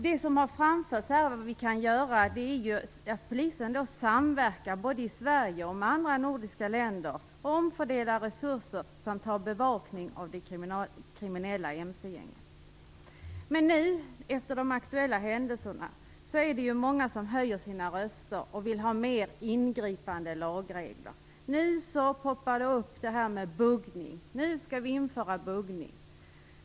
Vad vi kan göra, och som framkommit här, är att polisen både i Sverige och i de andra nordiska länderna samverkar. Det gäller också att omfördela resurser och att ha bevakning av de kriminella mcgängen. Men nu, efter de aktuella händelserna, höjer många rösten och vill ha mera ingripande lagregler. Detta med buggning poppar upp - nu skall vi införa buggning.